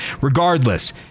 Regardless